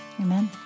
amen